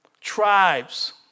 tribes